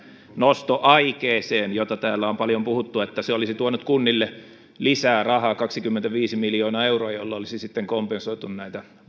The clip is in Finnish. nostoaikeeseen josta täällä on paljon puhuttu että se olisi tuonut kunnille lisää rahaa kaksikymmentäviisi miljoonaa euroa jolla olisi sitten kompensoitu